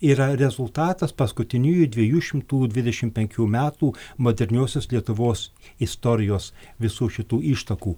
yra rezultatas paskutiniųjų dviejų šimtų dvidešim penkių metų moderniosios lietuvos istorijos visų šitų ištakų